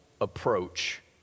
approach